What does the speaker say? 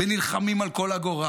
ונלחמים על כל אגורה,